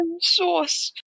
Sauce